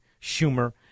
Schumer